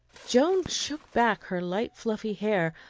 joan shook back her light fluffy hair,